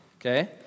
Okay